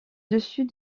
dessus